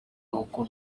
uko